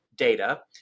data